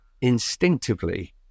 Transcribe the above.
instinctively